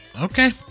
Okay